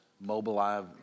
mobilize